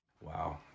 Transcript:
Wow